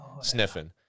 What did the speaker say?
sniffing